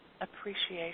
Appreciation